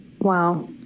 Wow